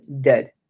dead